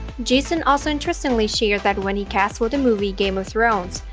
jason also interestingly shared that when he cast for the movie game of thrones,